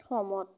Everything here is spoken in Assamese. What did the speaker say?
সহমত